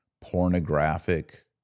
pornographic